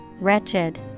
wretched